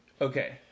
Okay